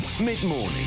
Mid-morning